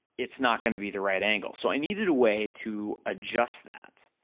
it's not gonna be the right angle, so i needed a way to adjust that,